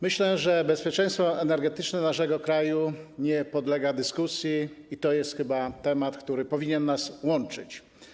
Myślę, że bezpieczeństwo energetyczne naszego kraju nie podlega dyskusji i to jest chyba temat, który powinien nas łączyć.